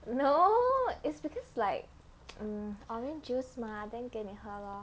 no is because like mm orange juice mah then 给你喝 lor